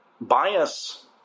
Bias